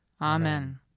Amen